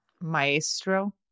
Maestro